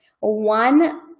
one